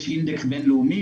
יש אינדקס בין-לאומי,